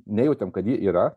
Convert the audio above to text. nejautėm kad ji yra